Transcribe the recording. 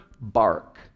bark